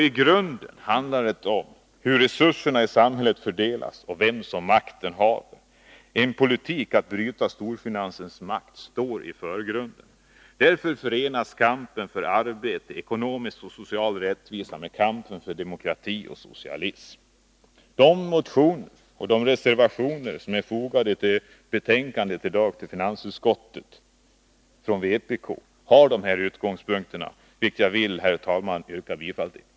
I grunden handlar det om hur resurserna i samhället fördelas och om vem som har makten. En politik som kan bryta storfinansens makt står i förgrunden. Därför förenas kampen för arbete och för ekonomisk och social rättvisa med kampen för demokrati och socialism. Herr talman! De vpk-motioner och de reservationer från vpk som är fogade till finansutskottets betänkande har dessa utgångspunkter. Jag yrkar bifall till dem.